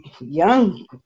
young